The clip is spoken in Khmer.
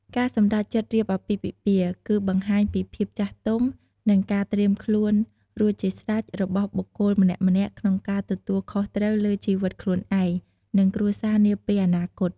ការសម្រេចចិត្តរៀបអាពាហ៍ពិពាហ៍ គឺបង្ហាញពីភាពចាស់ទុំ និងការត្រៀមខ្លួនរួចជាស្រេចរបស់បុគ្គលម្នាក់ៗក្នុងការទទួលខុសត្រូវលើជីវិតខ្លួនឯង និងគ្រួសារនាពេលអនាគត។